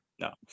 no